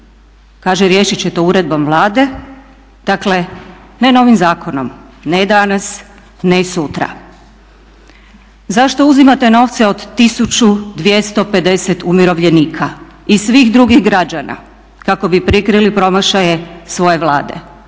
Kaže riješiti će to uredbom Vlade, dakle ne novim zakonom, ne danas, ne sutra. Zašto uzima te novce od 1250 umirovljenika i svih drugih građana kako bi prikrili promašaje svoje Vlade?